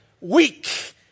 Weak